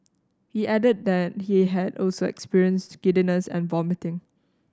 he added that he had also experienced giddiness and vomiting